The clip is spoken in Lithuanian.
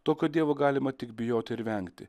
tokio dievo galima tik bijoti ir vengti